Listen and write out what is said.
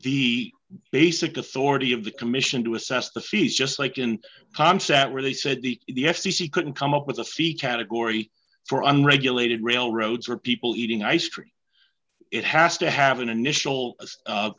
the basic authority of the commission to assess the fees just like in concept where they said the the f c c couldn't come up with a fee category for unregulated railroads or people eating ice cream it has to have an initial